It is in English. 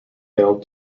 know